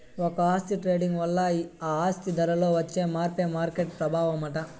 ఒక ఆస్తి ట్రేడింగ్ వల్ల ఆ ఆస్తి ధరలో వచ్చే మార్పే మార్కెట్ ప్రభావమట